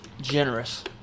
generous